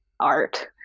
art